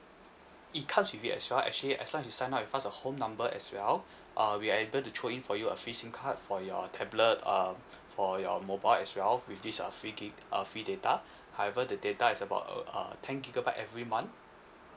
it comes with it as well actually as long you sign up with us a home number as well uh we are able to throw in for you a free SIM card for your tablet um for your mobile as well with this uh free gi~ uh free data however the data is about uh uh ten gigabyte every month